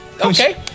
Okay